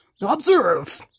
Observe